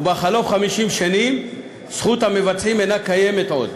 ובחלוף 50 שנים זכות המבצעים אינה קיימת עוד.